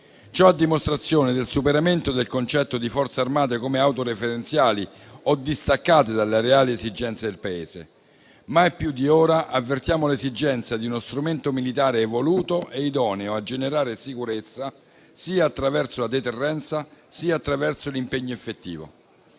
Ciò a dimostrazione del superamento del concetto di Forze armate come autoreferenziali o distaccate dalle reali esigenze del Paese. Mai più di ora avvertiamo l'esigenza di uno strumento militare evoluto e idoneo a generare sicurezza sia attraverso la deterrenza, sia attraverso l'impegno effettivo.